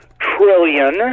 trillion